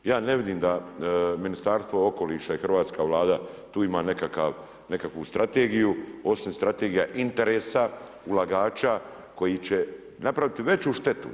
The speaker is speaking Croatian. Ja ne vidim da Ministarstvo okoliša i hrvatska Vlada tu ima nekakvu strategiju osim strategija interesa ulagača koji će napraviti veću štetu.